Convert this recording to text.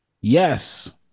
Yes